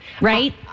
right